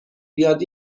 بیاد